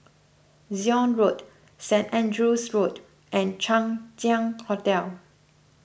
Zion Road Saint Andrew's Road and Chang Ziang Hotel